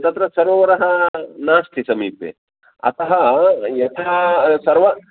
तत्र सरोवरः नास्ति समीपे अतः यथा सर्व